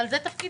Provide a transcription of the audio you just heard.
אבל זה תפקידי.